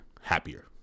happier